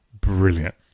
brilliant